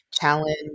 challenge